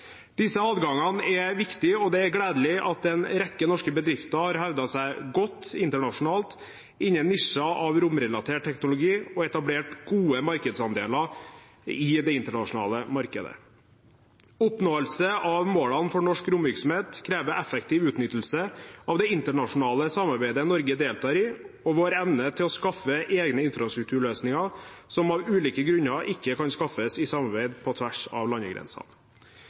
Disse adgangene er viktige, og det er gledelig at en rekke norske bedrifter har hevdet seg godt internasjonalt innen nisjer av romrelatert teknologi, og etablert gode markedsandeler i det internasjonale markedet. Oppnåelse av målene for norsk romvirksomhet krever effektiv utnyttelse av det internasjonale samarbeidet Norge deltar i, og vår evne til å skaffe egne infrastrukturløsninger som av ulike grunner ikke kan skaffes i samarbeid på tvers av landegrensene.